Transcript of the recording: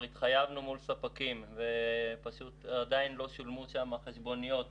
התחייבנו מול ספקים ועדיין לא שולמו שם חשבוניות,